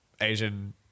Asian